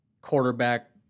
quarterback